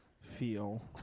Feel